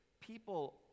people